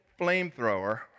flamethrower